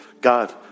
God